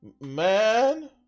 man